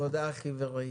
תודה אחי ורעי.